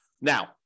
Now